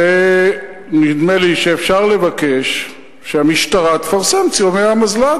ונדמה לי שאפשר לבקש שהמשטרה תפרסם את צילומי המזל"ט.